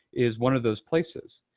is one of those places.